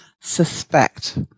suspect